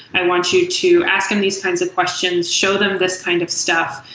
i want you to ask him these kinds of questions. show them this kind of stuff.